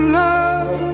love